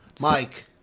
Mike